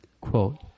Quote